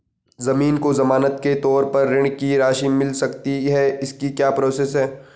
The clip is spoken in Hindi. ज़मीन को ज़मानत के तौर पर ऋण की राशि मिल सकती है इसकी क्या प्रोसेस है?